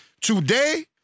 today